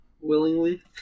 Willingly